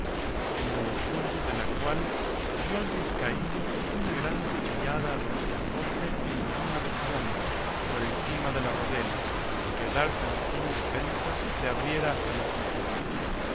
en el discurso de la cual dio el vizcaíno una gran cuchillada a don quijote encima de un hombro por encima de la rodela que a dársela sin defensa le abriera hasta la cintura